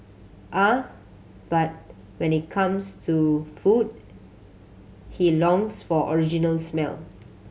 ah but when it comes to food he longs for original smell